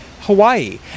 Hawaii